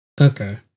Okay